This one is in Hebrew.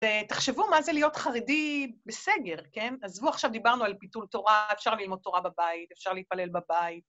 תחשבו מה זה להיות חרדי בסגר, כן? עזבו, עכשיו דיברנו על ביטול תורה, אפשר ללמוד תורה בבית, אפשר להתפלל בבית.